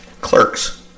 clerks